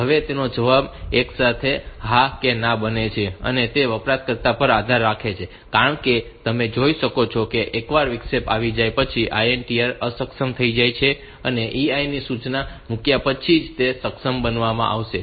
હવે તેનો જવાબ એકસાથે હા અને ના બંને છે અને તે વપરાશકર્તા પર આધાર રાખે છે કારણ કે તમે જોઈ શકો છો કે એકવાર વિક્ષેપ આવી જાય પછી INTR અક્ષમ થઈ જશે અને EI સૂચના મૂક્યા પછી જ તેને સક્ષમ કરવામાં આવશે